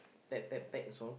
tap tap text is on